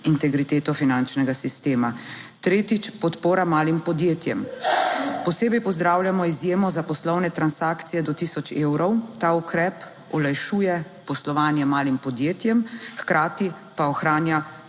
integriteto finančnega sistema. Tretjič: podpora malim podjetjem. Posebej pozdravljamo izjemo za poslovne transakcije do 1000 evrov. Ta ukrep olajšuje poslovanje malim podjetjem, hkrati pa ohranja standarde